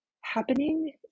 happening